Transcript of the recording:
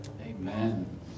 Amen